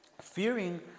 fearing